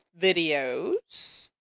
videos